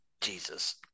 Jesus